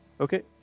Okay